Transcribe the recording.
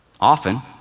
Often